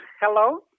hello